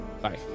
bye